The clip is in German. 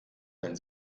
wenn